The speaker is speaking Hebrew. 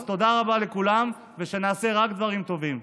אז תודה רבה לכולם ושנעשה רק דברים טובים.